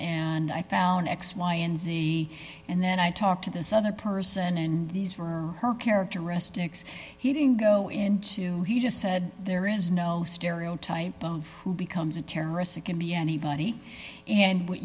and i found x y and z and then i talked to this other person and these were her characteristics he didn't go into he just said there is no stereotype of who becomes a terrorist it can be anybody and what